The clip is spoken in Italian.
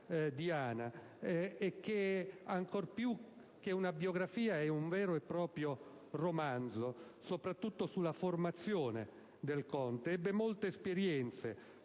realtà, ancor più che una biografia è un vero e proprio romanzo, soprattutto sulla formazione del conte: «Ebbe molte esperienze: